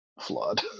flawed